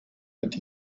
mit